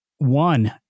one